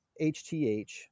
HTH